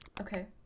Okay